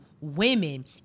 women